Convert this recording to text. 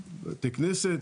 בתי כנסת,